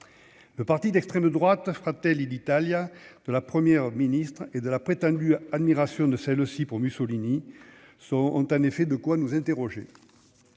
le parti d'extrême droite Fratelli l'Italien de la première ministre et de la prétendue admiration de celle aussi pour Mussolini sont ont en effet de quoi nous interroger,